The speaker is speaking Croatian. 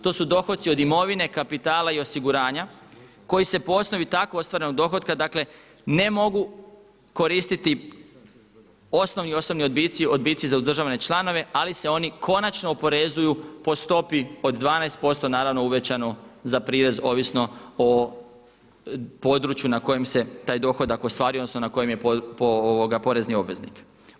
To su dohodci od imovine, kapitala i osiguranja koji se po osnovi tako ostvarenog dohotka, dakle ne mogu koristiti osnovni osobni odbici, odbici za uzdržavane članove ali se oni konačno oporezuju po stopi od 12% naravno uvećano za prirez ovisno o području na kojem se taj dohodak ostvaruje, odnosno na kojem je porezni obveznik.